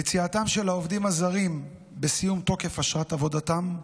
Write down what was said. ליציאתם של העובדים הזרים בסיום תוקף אשרת עבודתם,